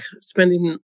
spending